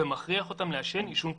ומכריח אותם לעשן עישון פסיבי.